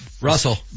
Russell